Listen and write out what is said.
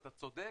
ואתה צודק,